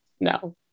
no